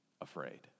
afraid